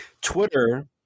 Twitter